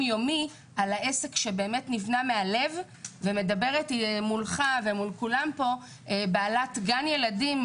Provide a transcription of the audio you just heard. יומי לגבי העסק שנבנה מהלב ומדברת מול כולם כאן בעלת גן ילדים,